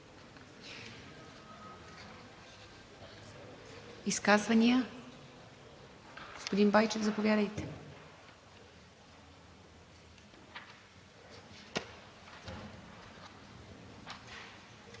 изказвания? Господин Байчев, заповядайте.